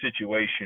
situation